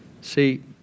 See